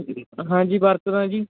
ਹਾਂਜੀ ਵਰਤਦਾ ਜੀ